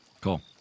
cool